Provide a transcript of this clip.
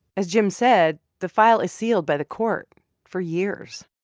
as jim said, the file is sealed by the court for years.